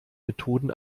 methoden